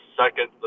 second